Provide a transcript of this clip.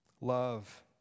Love